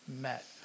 met